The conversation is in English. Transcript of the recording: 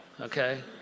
okay